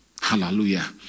Hallelujah